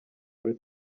with